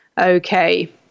Okay